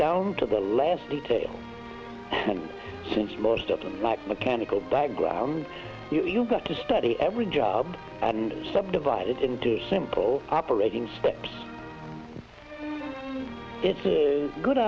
down to the last detail since most of the mechanical background you've got to study every job and subdivided into simple operating steps it's a good